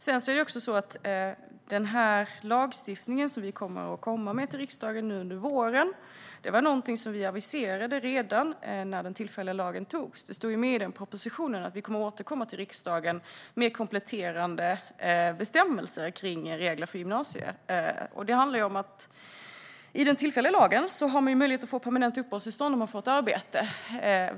För det andra är den lagstiftning som vi kommer med till riksdagen under våren någonting som vi aviserade redan när den tillfälliga lagen togs. Det står med i den propositionen att vi kommer att återkomma till riksdagen med kompletterande bestämmelser kring regler för gymnasiet. Med den tillfälliga lagen har man möjlighet att få permanent uppehållstillstånd om man får ett arbete.